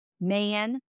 man